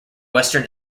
western